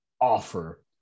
offer